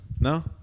No